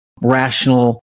rational